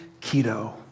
keto